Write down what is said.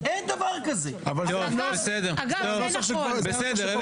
ובסעיף (2) גם לגבי הכפיפות של המשטרה, המרות,